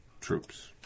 troops